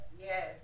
yes